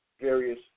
various